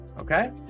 okay